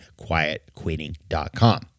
quietquitting.com